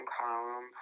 column